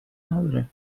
نداره